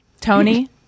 tony